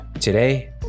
Today